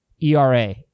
ERA